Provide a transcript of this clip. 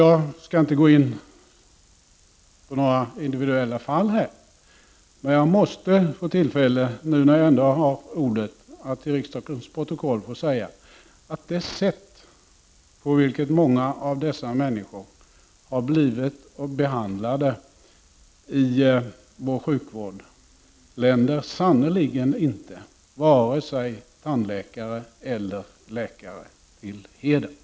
Jag skall inte gå in på några individuella fall här, men jag måste få tillfälle nu när jag ändå har fått ordet att till riksdagens protokoll få säga att det sätt på vilket många av dessa människor har blivit behandlade i vår sjukvård sannerligen inte länder vare sig tandläkare eller läkare till heder!